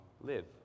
live